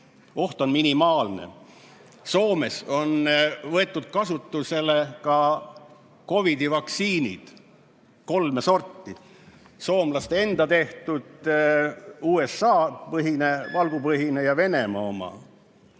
Oht on minimaalne! Soomes on võetud kasutusele ka COVID-i vaktsiinid, kolme sorti: soomlaste enda tehtud, USA valgupõhine ja Venemaa oma.